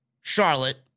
Charlotte